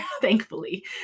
thankfully